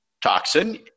toxin